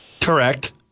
Correct